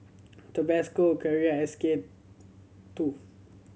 Tabasco Carrera S K Two